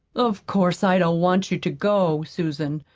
of course, i don't want you to go, susan.